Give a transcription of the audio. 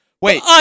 Wait